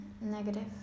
negative